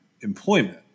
employment